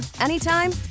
anytime